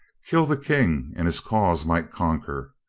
kill the king and his cause might conquer.